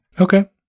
okay